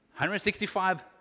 165